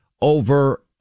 over